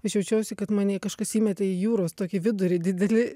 aš jaučiausi kad mane kažkas įmetė į jūros tokį vidurį didelį